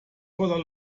voller